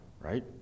right